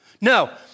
No